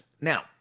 Now